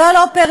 זו לא פריפריה,